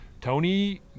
Tony